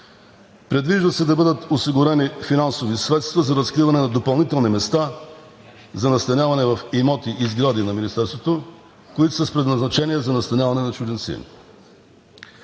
Предвижда се да бъдат осигурени финансови средства за разкриване на допълнителни места за настаняване в имоти и сгради на Министерството, които са с предназначение за настаняване на чужденци.